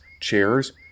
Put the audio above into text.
chairs